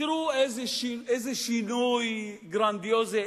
תראו איזה שינוי גרנדיוזי,